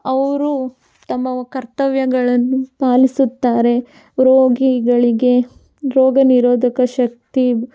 ಅವರು ತಮ್ಮ ಕರ್ತವ್ಯಗಳನ್ನು ಪಾಲಿಸುತ್ತಾರೆ ರೋಗಿಗಳಿಗೆ ರೋಗ ನಿರೋಧಕ ಶಕ್ತಿ